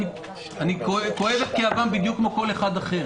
אני כואב את כאבם בדיוק כמו כל אחד אחר,